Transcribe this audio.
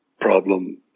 problem